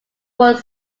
once